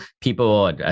people